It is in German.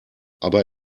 aber